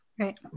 Right